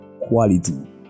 quality